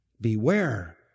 Beware